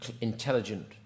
intelligent